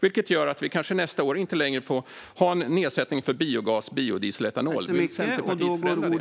Detta gör att vi nästa år kanske inte längre får ha en nedsättning för biogas, biodiesel och etanol. Vill Centerpartiet förändra det?